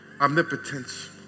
omnipotence